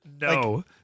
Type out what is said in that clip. No